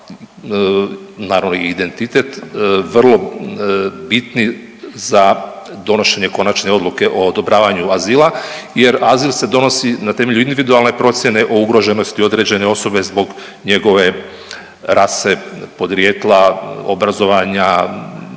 naravno i identitet vrlo bitni za donošenje konačne odluke o odobravanju azila, jer azil se donosi na temelju individualne procjene o ugroženosti određene osobe zbog njegove rase, podrijetla, obrazovanja,